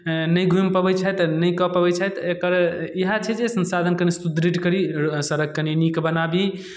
नहि घुमि पबै छथि नहि कऽ पबै छथि एकर इएह छै जे सँसाधन कनि सुढृढ़ करी सड़क कनि नीक बनाबी